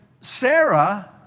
Sarah